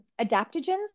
adaptogens